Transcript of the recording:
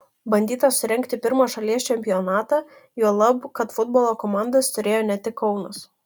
bandyta surengti pirmą šalies čempionatą juolab kad futbolo komandas turėjo ne tik kaunas